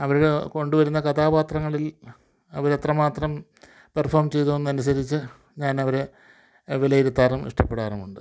അവർ കൊണ്ടുവരുന്ന കഥാപാത്രങ്ങളിൽ അവരെത്ര മാത്രം പെർഫോം ചെയ്തുവെന്നതനുസരിച്ച് ഞാനവരെ വിലയിരുത്താറും ഇഷ്ടപ്പെടാറുമുണ്ട്